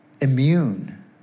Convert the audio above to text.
immune